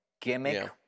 gimmick